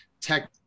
tech